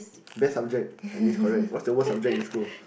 best subject Chinese correct what's the worst subject in school